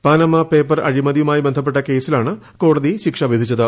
Panama paper അഴിമതിയുമായി ബന്ധപ്പെട്ട കേസിലാണ് കോടതി ശിക്ഷ വിധിച്ചത്